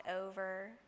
over